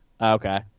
Okay